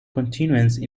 continuance